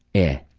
yeah,